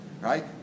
Right